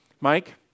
Mike